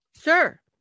Sure